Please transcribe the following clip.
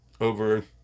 over